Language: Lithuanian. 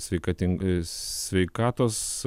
sveikating sveikatos